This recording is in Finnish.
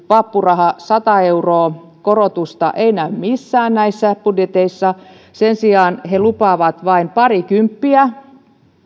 vappuraha sata euroa korotusta ei näy missään näissä budjeteissa sen sijaan he lupaavat vain parikymppiä